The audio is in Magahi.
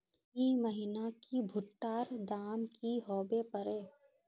ई महीना की भुट्टा र दाम की होबे परे?